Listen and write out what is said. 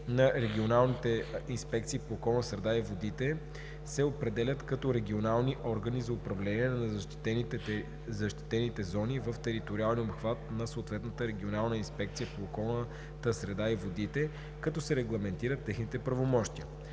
на регионалните инспекции по околната среда и водите се определят като регионални органи за управление на защитените зони в териториалния обхват на съответната Регионална инспекция по околната среда и водите, като се регламентират техните правомощия.